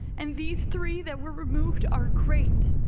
and these three that were removed are great.